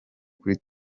kuri